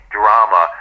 drama